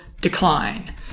decline